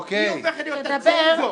היא הופכת להיות הצנזור.